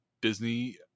Disney